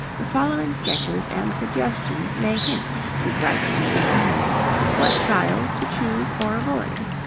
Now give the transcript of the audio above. the following sketches and suggestions may hint to bright, thinking, women what styles to choose or avoid.